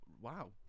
Wow